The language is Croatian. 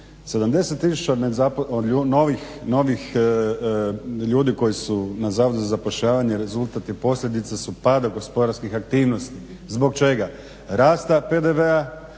tisuća novih ljudi koji su na Zavodu za zapošljavanje rezultat i posljedica su pada gospodarskih aktivnosti. Zbog čega? Rasta PDV-a,